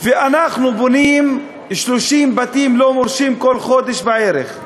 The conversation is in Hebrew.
ואנחנו בונים 30 בתים לא מורשים כל חודש בערך.